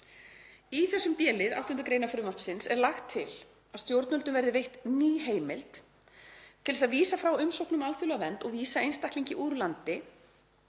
Í þessum b-lið. 8. gr. frumvarpsins er lagt til að stjórnvöldum verði veitt ný heimild til að vísa frá umsókn um alþjóðlega vernd og vísa einstaklingi úr landi